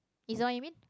is that what you mean